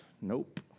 Nope